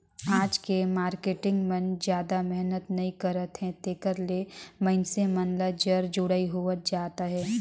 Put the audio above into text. आज के मारकेटिंग मन जादा मेहनत नइ करत हे तेकरे ले मइनसे मन ल जर जुड़ई होवत जात अहे